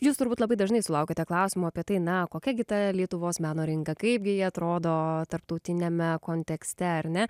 jūs turbūt labai dažnai sulaukiate klausimų apie tai na kokia gi ta lietuvos meno rinka kaipgi ji atrodo tarptautiniame kontekste ar ne